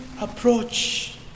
approach